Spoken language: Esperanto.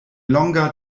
longa